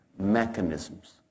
mechanisms